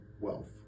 wealth